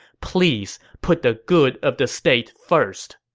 please put the good of the state first.